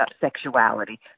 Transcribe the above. sexuality